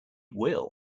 will